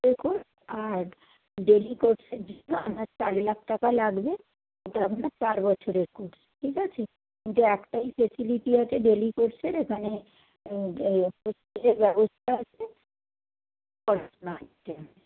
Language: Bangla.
এ কোর্স আর ডেইলি কোর্সের জন্য আপনার চার লাখ টাকা লাগবে এটা আপনার চার বছরের কোর্স ঠিক আছে কিন্তু একটাই ফেসিলিটি আছে ডেইলি কোর্সের এখানে ব্যবস্থা আছে